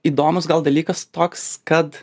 įdomus gal dalykas toks kad